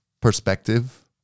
perspective